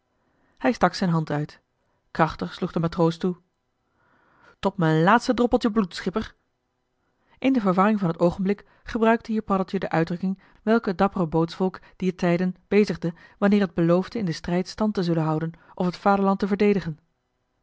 hij stak zijn hand uit krachtig sloeg de matroos toe tot mijn laatste droppeltje bloed schipper in de verwarring van het oogenblik gebruikte hier paddeltje de uitdrukking welke het dappere bootsvolk joh h been paddeltje de scheepsjongen van michiel de ruijter dier tijden bezigde wanneer het beloofde in den strijd stand te zullen houden of het vaderland te verdedigen